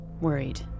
worried